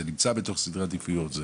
זה נמצא בתוך סדרי העדיפויות?